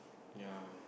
ya